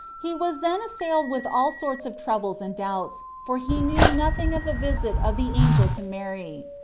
he was then assailed with all sorts of troubles and doubts, for he knew nothing of the visit of the angel to mary.